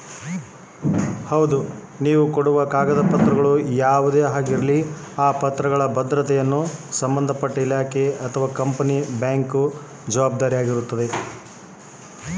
ನಾನು ಕೊಡೋ ನನ್ನ ಕಾಗದ ಪತ್ರಗಳು ಭದ್ರವಾಗಿರುತ್ತವೆ ಏನ್ರಿ?